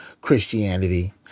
Christianity